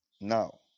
Now